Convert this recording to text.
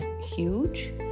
huge